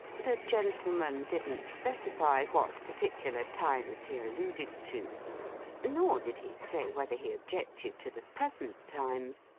the gentleman didn't specify what particular times he alluded to nor did he say whether he objected to the present times,